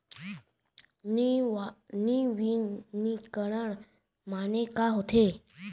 नवीनीकरण माने का होथे?